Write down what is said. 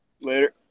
Later